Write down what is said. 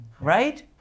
right